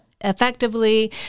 effectively